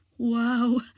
Wow